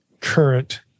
current